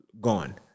Gone